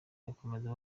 bakomeza